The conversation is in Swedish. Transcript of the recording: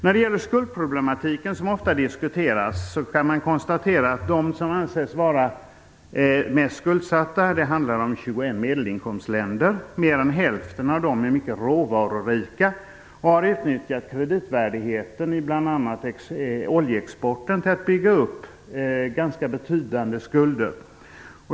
När det gäller skuldproblematiken, som ofta diskuteras, kan man konstatera att mer än hälften av de länder som anses vara mest skuldsatta - det handlar om 21 medelinkomstländer - är mycket råvarurika. De har utnyttjat kreditvärdigheten från bl.a. oljeexporten till att bygga upp betydande skulder.